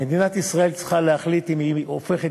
מדינת ישראל צריכה להחליט אם היא הופכת